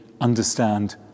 understand